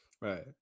Right